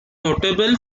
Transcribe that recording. notable